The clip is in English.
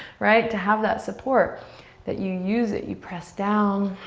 right? to have that support that you use it, you press down.